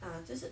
err 就是